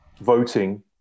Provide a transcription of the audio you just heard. voting